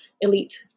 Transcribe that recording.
elite